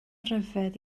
ryfedd